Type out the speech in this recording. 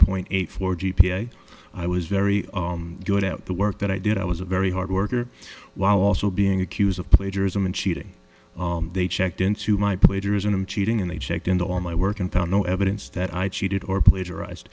point eight four g p a i was very good out the work that i did i was a very hard worker while also being accused of plagiarism and cheating they checked into my plagiarism cheating and they checked into all my work and found no evidence that i cheated or plagiarized